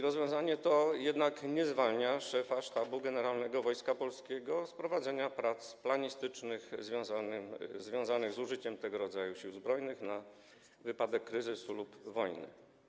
Rozwiązanie to nie zwalnia jednak szefa Sztabu Generalnego Wojska Polskiego z prowadzenia prac planistycznych związanych z użyciem tego rodzaju Sił Zbrojnych na wypadek kryzysu lub wojny.